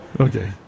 Okay